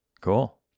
Cool